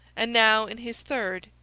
and now, in his third,